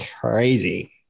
crazy